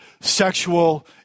sexual